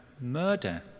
murder